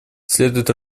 следует